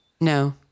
No